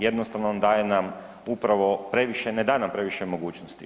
Jednostavno daje nam upravo previše, ne da nam previše mogućnosti.